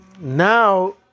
now